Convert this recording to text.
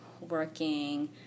working